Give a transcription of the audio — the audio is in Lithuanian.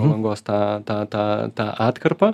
palangos tą tą tą tą atkarpą